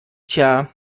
tja